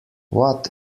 what